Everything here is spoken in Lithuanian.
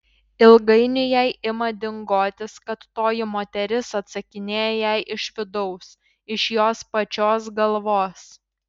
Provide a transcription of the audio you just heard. ilgainiui jai ima dingotis kad toji moteris atsakinėja jai iš vidaus iš jos pačios galvos